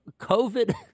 COVID